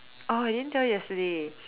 oh I didn't tell you yesterday